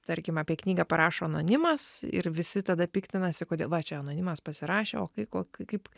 tarkim apie knygą parašo anonimas ir visi tada piktinasi kodėl va čia anonimas pasirašė o kai ko kaip